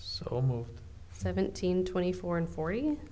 so moved seventeen twenty four and forty